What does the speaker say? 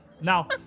Now